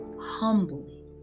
humbly